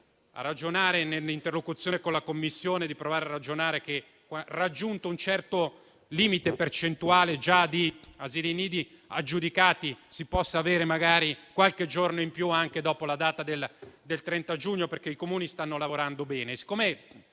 con ANCI e nell'interlocuzione con la Commissione, a ragionare sul fatto che, raggiunto un certo limite percentuale di asili nido già aggiudicati, si possa avere magari qualche giorno in più anche oltre la data del 30 giugno, perché i Comuni stanno lavorando bene.